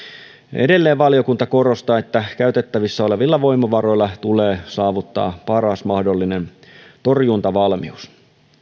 edelleen valiokunta korostaa että käytettävissä olevilla voimavaroilla tulee saavuttaa paras mahdollinen torjuntavalmius